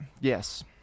Yes